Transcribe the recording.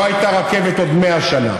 לא הייתה רכבת עוד 100 שנה